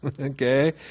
Okay